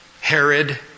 Herod